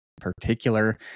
particular